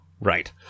Right